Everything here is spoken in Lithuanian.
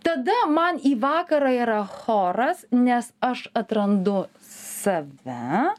tada man į vakarą yra choras nes aš atrandu save